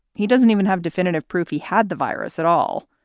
he doesn't even have definitive proof he had the virus at all.